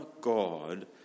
God